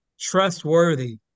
trustworthy